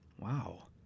Wow